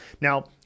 Now